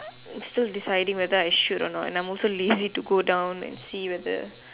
still deciding whether I should or not and I am also lazy to go down and see whether